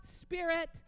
spirit